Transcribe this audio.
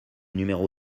numéro